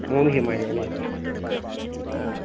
മൂന്ന് ഹിമാലയ അല്ലേ